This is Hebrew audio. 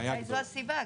אולי זו הסיבה,